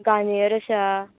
Garnier आसा